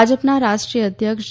ભાજપના રાષ્ટ્રીય અધ્યક્ષ જે